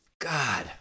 god